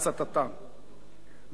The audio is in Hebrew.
וגם היוצרים בישראל,